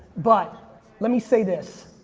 but let me say this,